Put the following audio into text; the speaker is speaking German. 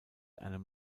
einem